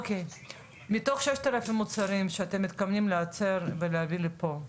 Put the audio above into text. מתוך 6,000 מוצרים שאתם מתכוונים לייצר ולהביא לפה,